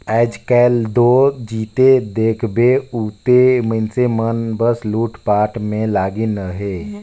आएज काएल दो जिते देखबे उते मइनसे मन बस लूटपाट में लगिन अहे